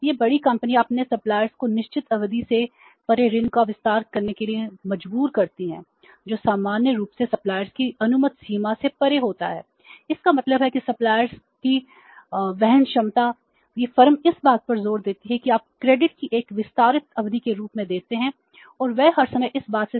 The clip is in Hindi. ये बड़ी कंपनियां अपने सप्लायर्स करते हैं